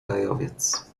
gajowiec